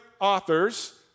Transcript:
authors